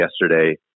yesterday